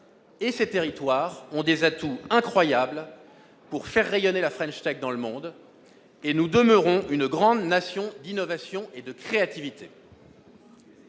et ses territoires ont des atouts incroyables pour faire rayonner la «» dans le monde. Nous demeurons une grande nation d'innovation et de créativité